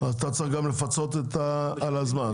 אתה צריך גם לפצות על זה.